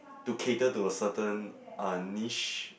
to cater to a certain uh niche